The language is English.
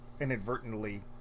inadvertently